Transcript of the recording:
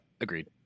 Agreed